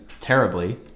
terribly